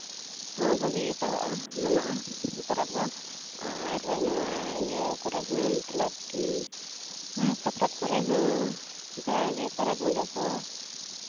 ᱦᱮᱸ ᱵᱷᱟᱹᱜᱤ ᱜᱮ ᱯᱟᱞᱟᱜᱼᱟ ᱢᱟᱱᱟᱜᱟ ᱯᱟᱨᱟᱵᱽ ᱫᱚ ᱟᱨ ᱱᱚᱣᱟ ᱤᱭᱟᱹ ᱠᱚᱨᱮ ᱦᱚᱸ ᱢᱚᱛᱞᱚᱵᱽ ᱥᱟᱠᱨᱟᱛ ᱠᱚᱨᱮ ᱦᱚᱸ ᱡᱟ ᱜᱮ ᱯᱚᱨᱚᱵᱽ ᱨᱩᱸᱰᱟᱹ ᱠᱚ